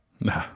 Nah